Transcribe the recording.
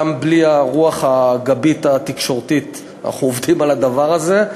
גם בלי הרוח הגבית התקשורתית אנחנו עובדים על הדבר הזה.